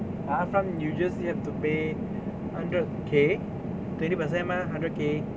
last time you just have to pay hundred K twenty percent mah hundred K